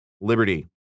liberty